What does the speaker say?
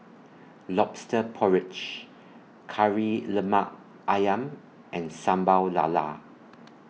Lobster Porridge Kari Lemak Ayam and Sambal Lala